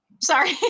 Sorry